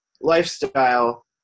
lifestyle